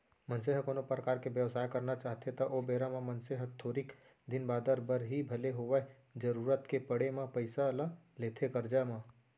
मनसे ह कोनो परकार के बेवसाय करना चाहथे त ओ बेरा म मनसे ह थोरिक दिन बादर बर ही भले होवय जरुरत के पड़े म पइसा ल लेथे करजा म